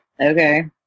okay